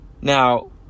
Now